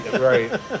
Right